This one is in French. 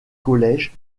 collèges